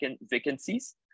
vacancies